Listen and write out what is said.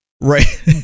Right